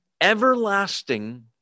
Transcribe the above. everlasting